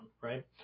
right